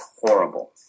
horrible